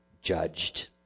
judged